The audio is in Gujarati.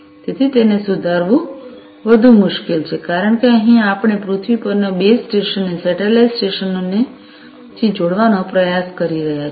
તેથી તેને સુધારવું વધુ મુશ્કેલ છે કારણ કે અહીં આપણે પૃથ્વી પરના બેઝ સ્ટેશનને સેટેલાઇટ સ્ટેશનોથી જોડવાનો પ્રયાસ કરી રહ્યા છીએ